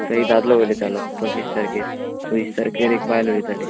थंय दादलो उलयतालो पंचवीस तारकेर सवीस तारकेर एक बायल उलयताली